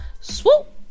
swoop